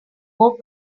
more